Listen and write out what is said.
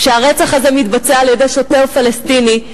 כשהרצח הזה מתבצע על-ידי שוטר פלסטיני,